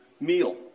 meal